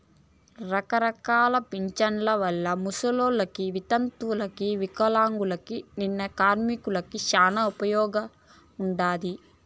రకరకాల పింఛన్ల వల్ల ముసలోళ్ళకి, వితంతువులకు వికలాంగులకు, నిన్న కార్మికులకి శానా ఉపయోగముండాది